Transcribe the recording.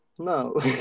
No